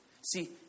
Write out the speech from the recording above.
See